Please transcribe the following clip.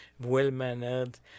well-mannered